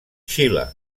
xile